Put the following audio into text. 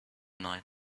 night